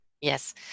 yes